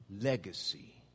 Legacy